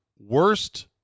worst